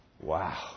Wow